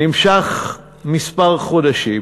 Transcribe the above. נמשך כמה חודשים.